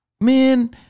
man